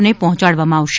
ને પહોંચાડવામાં આવશે